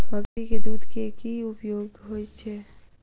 बकरी केँ दुध केँ की उपयोग होइ छै?